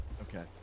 okay